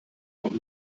auch